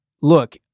look